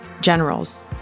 generals